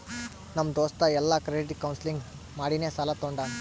ನಮ್ ದೋಸ್ತ ಎಲ್ಲಾ ಕ್ರೆಡಿಟ್ ಕೌನ್ಸಲಿಂಗ್ ಮಾಡಿನೇ ಸಾಲಾ ತೊಂಡಾನ